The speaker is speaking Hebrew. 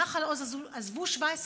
את נחל עוז עזבו 17 משפחות,